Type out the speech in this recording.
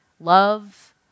love